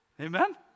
Amen